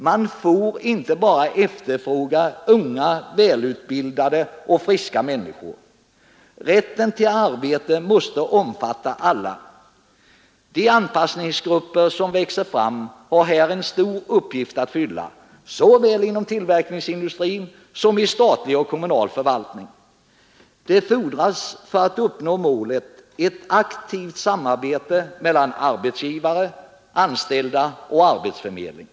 Man får inte bara efterfråga unga, välutbildade och friska människor. Rätten till arbete måste omfatta alla. De anpassningsgrupper som växer fram har här en stor uppgift att fylla, såväl inom tillverkningsindustrin som inom statlig och kommunal förvaltning. För att uppnå målet fordras ett aktivt samarbete mellan arbetsgivare, anställda och arbetsförmedling.